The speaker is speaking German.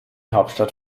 hauptstadt